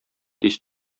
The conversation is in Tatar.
тиз